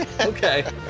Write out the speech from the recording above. Okay